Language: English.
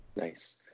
Nice